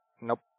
Nope